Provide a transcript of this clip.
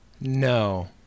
No